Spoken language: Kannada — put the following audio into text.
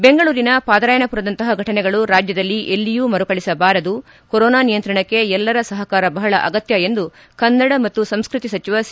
ಬೆಂಗಳೂರಿನ ಪಾದರಾಯನಪುರದಂತಹ ಫಟನೆಗಳು ರಾಜ್ಞದಲ್ಲಿ ಎಲ್ಲಿಯೂ ಮರುಕಳುಹಿಸಬಾರದು ಕೊರೊನಾ ನಿಯಂತ್ರಣಕ್ಕೆ ಎಲ್ಲರ ಸಹಕಾರ ಬಹಳ ಅಗತ್ತ ಎಂದು ಕನ್ನಡ ಸಂಸ್ಟತಿ ಸಚಿವ ಸಿ